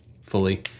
fully